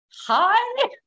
hi